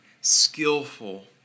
skillful